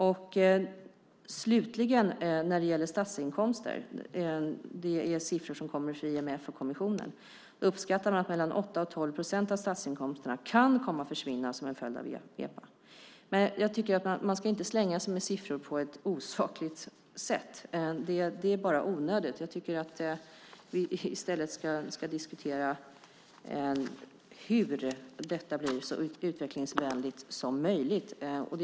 När det slutligen gäller frågan om statsinkomster finns det siffror som kommer från IMF och kommissionen. Där uppskattar man att 8-12 procent av statsinkomsterna kan komma att försvinna som en följd av EPA. Man ska inte slänga sig med siffror på ett osakligt sätt. Det är bara onödigt. Vi ska i stället diskutera hur detta blir så utvecklingsvänligt som möjligt.